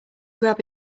grab